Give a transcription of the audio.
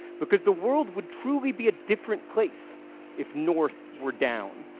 because the world would truly be a different place if north were down.